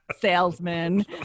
salesman